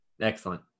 excellent